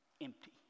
empty